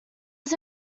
was